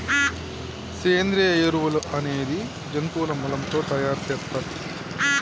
సేంద్రియ ఎరువులు అనేది జంతువుల మలం తో తయార్ సేత్తర్